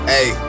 Hey